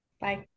Bye